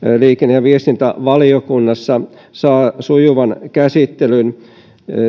liikenne ja viestintävaliokunnassa saa sujuvan käsittelyn